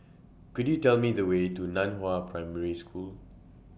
Could YOU Tell Me The Way to NAN Hua Primary School